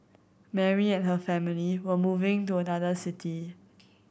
Mary and her family were moving to another city